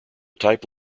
type